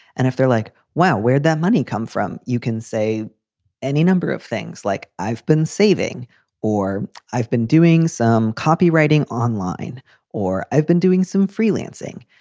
and if they're like, wow. where'd that money come from? you can say any number of things like i've been saving or i've been doing some copywriting online or i've been doing some freelancing,